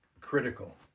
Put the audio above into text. critical